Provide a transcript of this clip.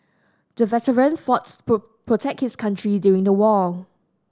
the veteran fought to protect his country during the war